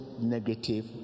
negative